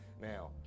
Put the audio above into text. Now